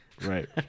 Right